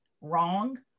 wrong